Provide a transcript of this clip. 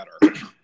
better